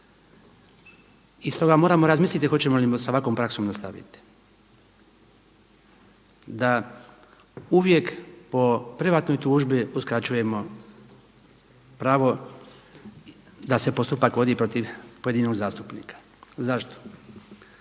I stoga moramo razmisliti hoćemo li sa ovakvom praksom nastaviti da uvijek po privatnoj tužbi uskraćujemo pravo da se postupak vodi protiv pojedinog zastupnika. Zašto?